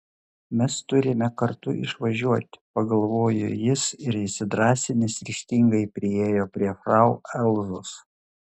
mes turime kartu išvažiuoti pagalvojo jis ir įsidrąsinęs ryžtingai priėjo prie frau elzos